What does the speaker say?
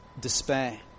despair